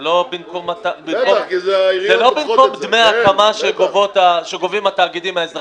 זה לא במקום דמי ההקמה שגובים התאגידים האזרחיים.